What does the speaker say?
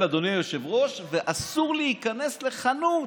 אדוני היושב-ראש, ואסור להיכנס לחנות.